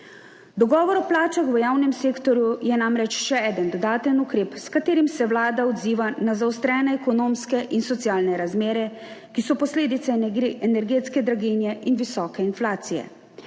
Dogovor o plačah v javnem sektorju je namreč še en dodaten ukrep, s katerim se vlada odziva na zaostrene ekonomske in socialne razmere, ki so posledica energetske draginje in visoke inflacije.